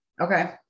Okay